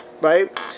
right